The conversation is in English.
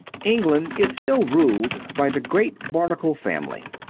england is still ruled by the great barnacle family.